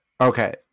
okay